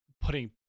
putting